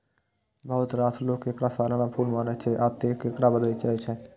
बहुत रास लोक एकरा सालाना फूल मानै छै, आ तें एकरा बदलि दै छै